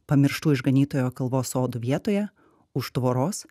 pamirštų išganytojo kalvos sodų vietoje už tvoros